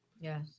Yes